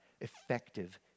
effective